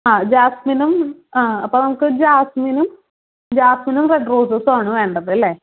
ജാസ്മിനും അപ്പോൾ നമുക്ക് ജാസ്മിനും ജാസ്മിനും റെഡ് റോസെസ്സും ആണ് വേണ്ടത് അല്ലേ